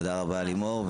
תודה רבה, לימור.